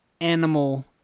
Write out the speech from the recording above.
animal